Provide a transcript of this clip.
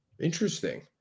Interesting